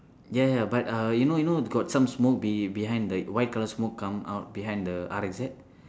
ya ya but uh you know you know got some smoke be behind the white colour smoke come out behind the R_X_Z